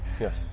yes